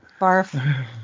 Barf